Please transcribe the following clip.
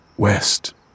West